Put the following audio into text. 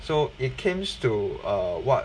so it cames to uh what